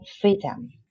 freedom